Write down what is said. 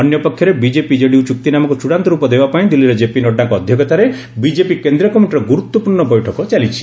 ଅନ୍ୟପକ୍ଷରେ BJP JDU ଚୁକ୍ତିନାମାକୁ ଚୂଡାନ୍ତ ରୂପ ଦେବା ପାଇଁ ଦିଲ୍ଲୀରେ ଜେପି ନଡ୍ରାଙ୍କ ଅଧ୍ୟକ୍ଷତାରେ ବିଜେପି କେନ୍ଦ୍ରୀୟ ଗୁରୁତ୍ୱପୂର୍ଣ୍ଣ ବୈଠକ ଚାଲିଛି